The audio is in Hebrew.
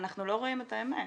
אנחנו לא רואים את האמת,